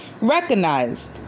recognized